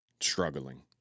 struggling